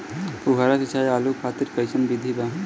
फुहारा सिंचाई आलू खातिर कइसन विधि बा?